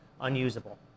unusable